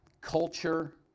culture